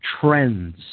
trends